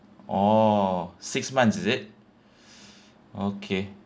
orh six months is it okay